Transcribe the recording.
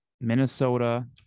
Minnesota